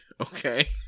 okay